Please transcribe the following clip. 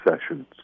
sessions